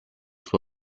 sua